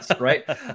right